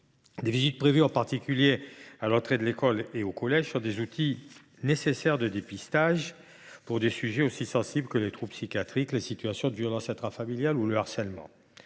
les visites prévues en particulier à l’entrée de l’école et au collège sont nécessaires pour détecter des problèmes aussi sensibles que les troubles psychiatriques, les situations de violences intrafamiliales ou encore le harcèlement.